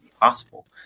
possible